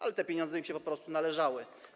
Ale te pieniądze im się po prostu należały.